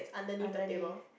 underneath